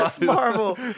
Marvel